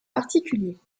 particuliers